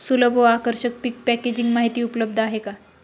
सुलभ व आकर्षक पीक पॅकेजिंग माहिती उपलब्ध आहे का?